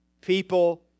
people